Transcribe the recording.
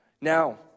Now